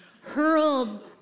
hurled